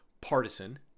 partisan